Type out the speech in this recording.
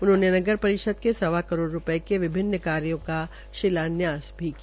उन्होंने नगर परिषद के सवा करोड़ रूपये के विभिन्न कार्यो का शिलान्यास भी किया